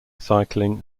cycling